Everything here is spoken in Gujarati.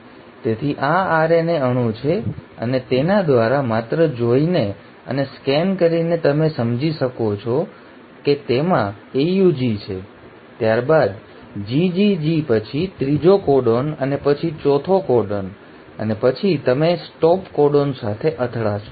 તેથી આ RNA અણુ છે અને તેના દ્વારા માત્ર જોઇને અને સ્કેન કરીને તમે સમજી શકો છો કે તેમાં AUG છે ત્યારબાદ GGG પછી ત્રીજો કોડોન અને પછી ચોથો કોડોન અને પછી તમે સ્ટોપ કોડોન સાથે અથડાશો